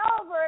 over